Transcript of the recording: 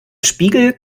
spiegel